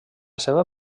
seva